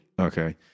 Okay